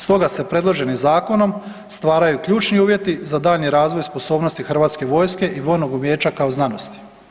Stoga se predloženim zakonom stvaraju ključni uvjeti za daljnji razvoj sposobnosti hrvatske vojske i vojnog umijeća kao znanosti.